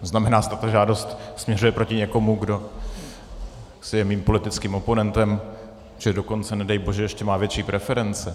To znamená, zda ta žádost směřuje proti někomu, kdo je mým politickým oponentem, či dokonce, nedej bože, ještě má větší preference.